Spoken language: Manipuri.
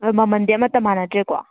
ꯑꯗꯨ ꯃꯃꯟꯗꯤ ꯑꯃꯠꯇ ꯃꯥꯟꯅꯗ꯭ꯔꯦꯀꯣ